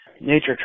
Nature